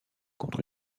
contre